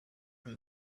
from